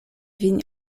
vin